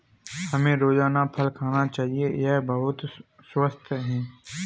हमें रोजाना फल खाना चाहिए, यह बहुत स्वस्थ है